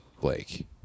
Blake